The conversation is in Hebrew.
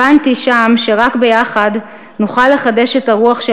הבנתי שם שרק ביחד נוכל לחדש את הרוח של